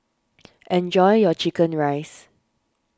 enjoy your Chicken Rice